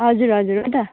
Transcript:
हजुर हजुर हो त